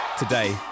Today